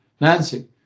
Nancy